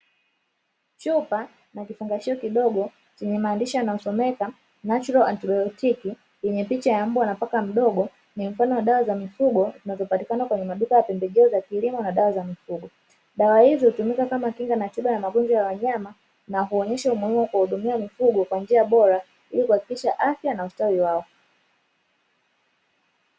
Chupa na kifungasho kidogo chenye maandishi yanayosomeka "natural antibiotic" yenye picha ya mbwa na paka mdogo ni mfano wa dawa za mifugo zinazopatikana kwenye maduka ya pembejeo za kilimo na dawa za mifugo, dawa hizo hutumika kama kinga na tiba ya magonjwa ya wanyama na kuonyesha umuhimu wa kuwa hudumia mifugo kwa njia bora ili kuhakikisha afya na ustawi wao.